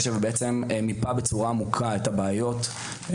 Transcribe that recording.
מיפה בצורה עמוקה את הבעיות,